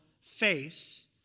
face